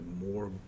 more